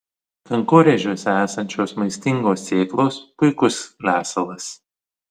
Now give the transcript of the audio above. kankorėžiuose esančios maistingos sėklos puikus lesalas